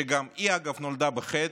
שגם היא, אגב, נולדה בחטא,